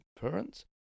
parents